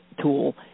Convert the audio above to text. tool